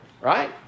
Right